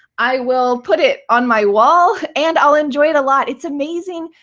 i will put it on my wall, and i'll enjoy it a lot. it's amazing.